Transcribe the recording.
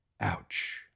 Ouch